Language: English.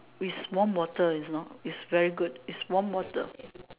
its warm water its very good its warm water